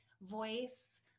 voice